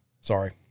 Sorry